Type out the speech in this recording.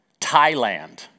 Thailand